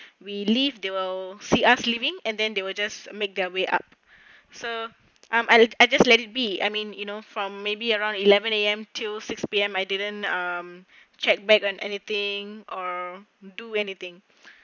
we leave they will see us living and then they will just make their way up so um I I just let it be I mean you know from maybe around eleven A_M till six P_M I didn't um check back and anything or do anything